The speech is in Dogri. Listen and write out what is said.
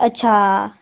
अच्छा